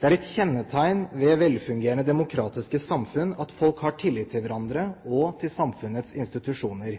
Det er et kjennetegn ved velfungerende demokratiske samfunn at folk har tillit til hverandre og til samfunnets institusjoner.